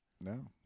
No